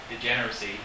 degeneracy